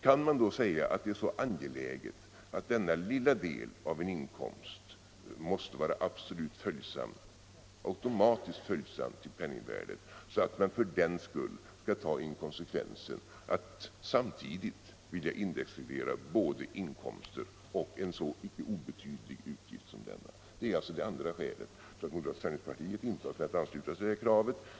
Kan man då säga att det är så angeläget att denna lilla del av en inkomst måste vara absolut automatiskt följsam till penningvärdet så att man för den skull skall ta inkonsekvensen att samtidigt vilja in 123 dexreglera både inkomster och en icke obetydlig utgift som denna? Detta är alltså det andra skälet till att moderata samlingspartiet inte har kunnat ansluta sig till kravet.